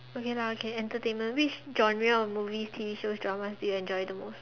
okay lah okay entertainment which genres of movies T_V shows dramas do you enjoy the most